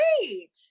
great